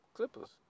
Clippers